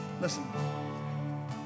Listen